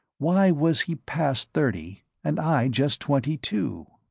why was he past thirty and i just twenty two?